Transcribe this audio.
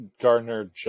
Gardner